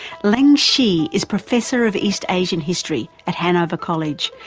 like xi is professor of east asian history at hanover college,